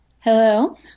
Hello